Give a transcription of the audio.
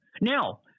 Now